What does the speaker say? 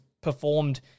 performed